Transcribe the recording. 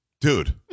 Dude